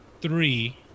three